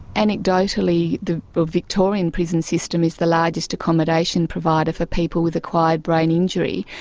anecdotally the victorian prison system is the largest accommodation provider for people with acquired brain injury,